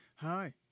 Hi